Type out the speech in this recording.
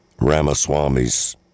Ramaswamy's